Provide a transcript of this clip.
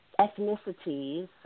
ethnicities